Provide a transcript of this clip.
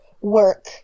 work